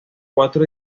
cuatro